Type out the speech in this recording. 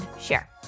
share